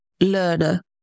learner